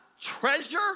treasure